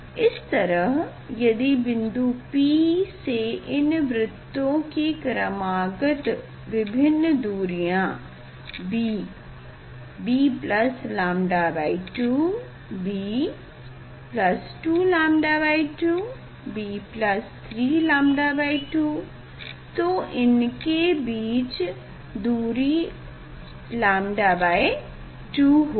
इस तरह यदि बिन्दु P से इन वृत्तों की क्रमागत विभिन्न दूरियाँ b bλ2 b2λ2 b3λ2 तो इनके बीच दूरी λ2 होगी